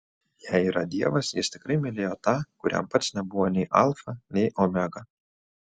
jei yra dievas jis tikrai mylėjo tą kuriam pats nebuvo nei alfa nei omega